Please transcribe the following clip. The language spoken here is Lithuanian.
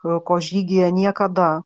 yra ko žygyje niekada